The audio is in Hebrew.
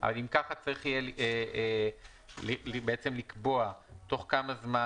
אז אם כך צריך יהיה לקבוע תוך כמה זמן